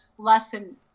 lesson